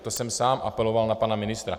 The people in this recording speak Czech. To jsem sám apeloval na pana ministra.